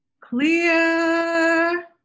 clear